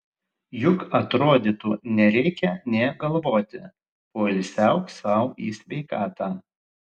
juk atrodytų nereikia nė galvoti poilsiauk sau į sveikatą